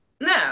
No